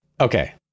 Okay